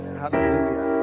hallelujah